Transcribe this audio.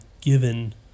given